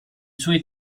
suoi